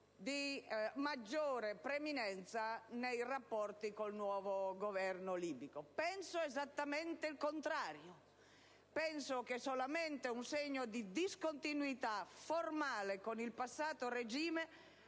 di maggiore preminenza nei rapporti con il nuovo Governo libico; penso esattamente il contrario. Penso che solamente un segno di discontinuità formale con il passato regime